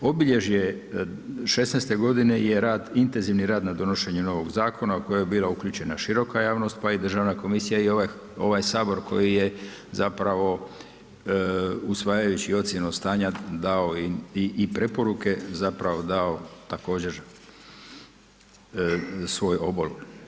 Obilježje '16. godine je rad intenzivni rad na donošenje novog zakona u kojoj biva uključena široka javnost, pa i Državna komisija i ovaj Sabor koji je zapravo usvajajući ocjenu stanja dao i preporuke, zapravo dao također svoj obol.